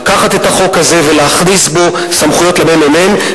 לקחת את החוק הזה ולהכניס בו סמכויות לממ"מ.